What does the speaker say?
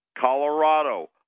Colorado